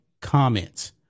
comments